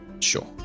sure